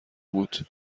بود